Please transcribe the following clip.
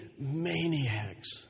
maniacs